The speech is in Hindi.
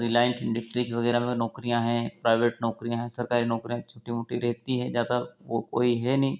रिलाइन्स इंडस्ट्रीस वगैरह में नौकरियाँ हैं प्राइवेट नौकरियाँ हैं सरकारी नौकरियाँ हैं छोटी मोटी रहती हैं ज़्यादा वो कोई है नहीं